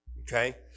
Okay